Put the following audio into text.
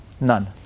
None